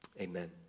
Amen